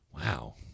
wow